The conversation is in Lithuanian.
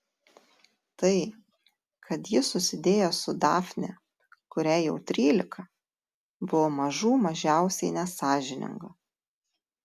tai kad ji susidėjo su dafne kuriai jau trylika buvo mažų mažiausiai nesąžininga